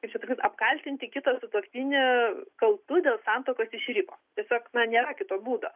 kaip čia pasakyt apkaltinti kitą sutuoktinį kaltu dėl santuokos iširimo tiesiog na nėra kito būdo